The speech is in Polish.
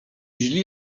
źli